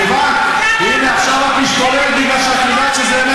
תפסיק להטיף לי מוסר, את הבנת?